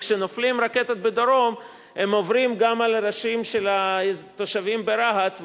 וכשנופלות רקטות בדרום הן עוברות גם על הראשים של התושבים ברהט,